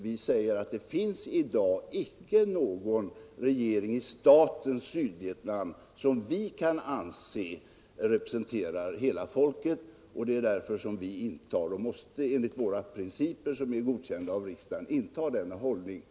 Vi säger att det finns i dag icke någon regering i staten Sydvietnam, som vi kan anse representera hela folket. Det är därför som vi intar, och enligt våra principer som är godkända av riksdagen, måste inta, denna hållning.